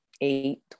eight